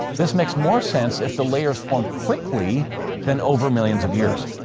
this makes more sense if the layers formed quickly than over millions of years.